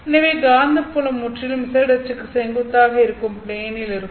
எனவே காந்தப்புலம் முற்றிலும் z அச்சுக்கு செங்குத்தாக இருக்கும் ப்ளேனில் இருக்கும்